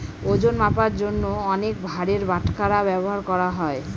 ওজন মাপার জন্য অনেক ভারের বাটখারা ব্যবহার করা হয়